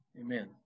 Amen